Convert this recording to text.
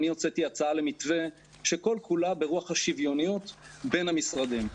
אני הוצאתי הצעה למתווה שכל כולה ברוח השוויוניות בין המשרדים.